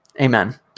Amen